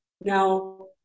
Now